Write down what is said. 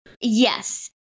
Yes